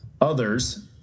others